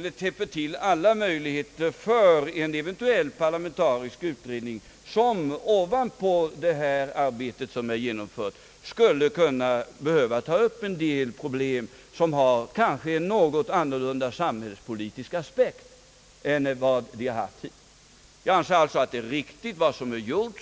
inte täpper till alla möjligheter för en eventuell parlamentarisk utredning, som ovanpå det arbete som har utförts skulle kunna behöva ta upp en del problem, som kanske har en något annan samhällspolitisk aspekt än den vi hittills har haft. Jag anser att vad som har gjorts på detta område är riktigt.